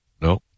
No